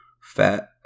fat